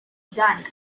done